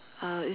uh